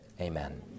amen